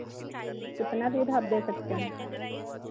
कितना दूध आप दे सकते हैं